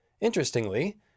Interestingly